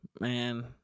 man